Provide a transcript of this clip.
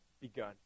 begun